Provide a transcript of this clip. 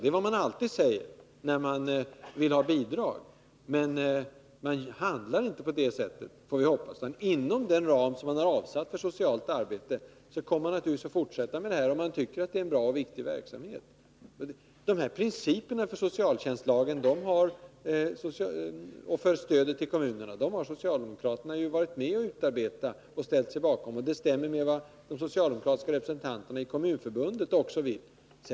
Det är vad man alltid säger, när man vill ha bidrag. Men man handlar inte på det sättet, får vi hoppas. Inom ramen för de medel som man avsatt för socialt arbete kommer man naturligtvis att fortsätta, om man tycker att det är en bra och viktig verksamhet. Dessa principer för socialtjänstlagens tillämpning och för stödet till kommunerna har socialdemokraterna varit med om att utarbeta och ställt sig bakom, och det stämmer också med vad de socialdemokratiska representanterna i Kommunförbundet vill.